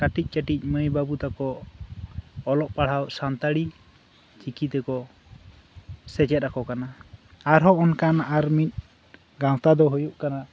ᱠᱟᱹᱭᱤᱡ ᱠᱟᱹᱴᱤᱡ ᱢᱟᱹᱭ ᱵᱟᱹᱵᱩ ᱛᱟᱠᱩ ᱚᱞᱚᱜ ᱯᱟᱲᱦᱟᱣ ᱥᱟᱱᱛᱟᱲᱤ ᱪᱤᱠᱤ ᱛᱮᱠᱩ ᱥᱮᱪᱮᱫ ᱟᱠᱩ ᱠᱟᱱᱟ ᱟᱨᱦᱚᱸ ᱚᱱᱠᱟᱱ ᱟᱨᱢᱤᱫ ᱜᱟᱶᱛᱟ ᱫᱚ ᱦᱩᱭᱩᱜ ᱠᱟᱱᱟ